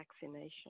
vaccination